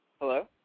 Hello